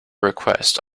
request